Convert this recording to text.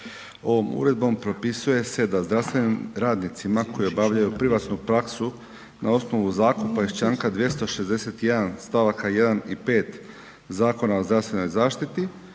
Ovom uredbom propisuje se da zdravstvenim radnicima koji obavljaju privatnu praksu na osnovu zakupa iz članka 261. stavaka 1. i 5. Zakona o zdravstvenoj zaštiti